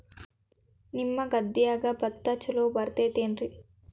ನಿಮ್ಮ ಗದ್ಯಾಗ ಭತ್ತ ಛಲೋ ಬರ್ತೇತೇನ್ರಿ?